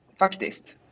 Faktiskt